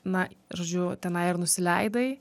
na žodžiu tenai ir nusileidai